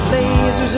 Lasers